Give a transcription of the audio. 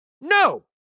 No